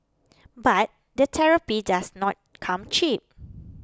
but the therapy does not come cheap